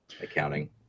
accounting